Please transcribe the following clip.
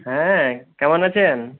হ্যাঁ কেমন আছেন